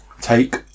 take